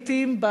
לעתים,